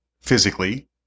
physically